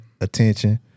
Attention